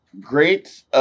Great